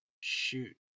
shoot